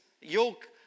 yoke